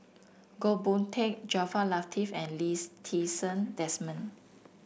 Goh Boon Teck Jaafar Latiff and Lees Ti Seng Desmond